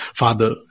father